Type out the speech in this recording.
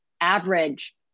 average